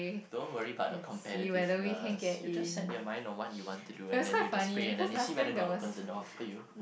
don't worry about the competitiveness you just set your mind on what you want to do and then you just play and then you see if god opens a door for you